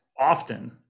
often